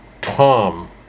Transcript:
Tom